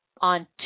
on